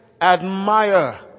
admire